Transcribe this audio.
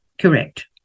Correct